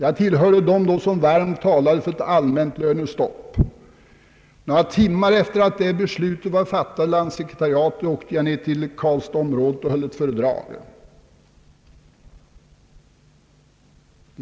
Jag tillhörde då dem som varmt talade för ett allmänt lönestopp. Några timmar efter det att beslutet därom var fattat av landssekretariatet, åkte jag till karlstadsområdet och höll ett föredrag.